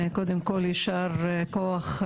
קודם כל ישר כוח,